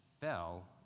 fell